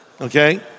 okay